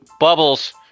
Bubbles